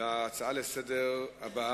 עוברים להצעה הבאה לסדר-היום: